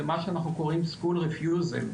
זה מה שאנחנו קוראים 'סקול רפיוזן',